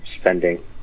spending